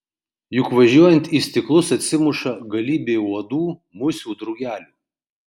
juk važiuojant į stiklus atsimuša galybė uodų musių drugelių